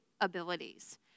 abilities